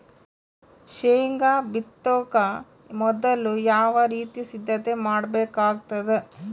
ಶೇಂಗಾ ಬಿತ್ತೊಕ ಮೊದಲು ಯಾವ ರೀತಿ ಸಿದ್ಧತೆ ಮಾಡ್ಬೇಕಾಗತದ?